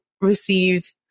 received